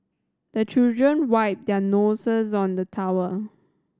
the children wipe their noses on the towel